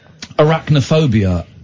Arachnophobia